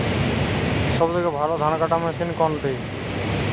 সবথেকে ভালো ধানকাটা মেশিন কোনটি?